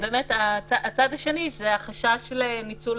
באמת הצד השני הוא החשש לניצול